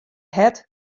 hert